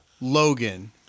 Logan